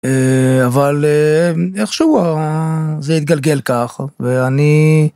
אבל איכשהו זה יתגלגל ככה ואני